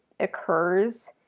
occurs